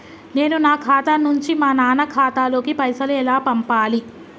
నేను నా ఖాతా నుంచి మా నాన్న ఖాతా లోకి పైసలు ఎలా పంపాలి?